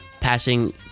Passing